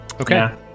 Okay